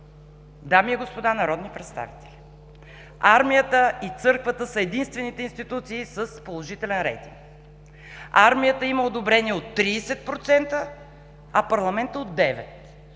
Дами и господа народни представители, Армията и Църквата се единствените институции с положителен рейтинг. Армията има одобрение от 30%, а парламентът от 9%.